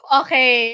okay